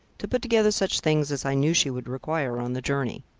to put together such things as i knew she would require on the journey.